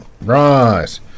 Right